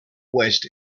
west